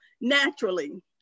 naturally